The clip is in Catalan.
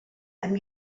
amb